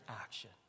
action